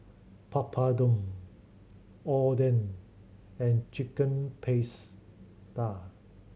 Papadum Oden and Chicken Pasta